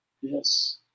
Yes